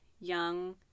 young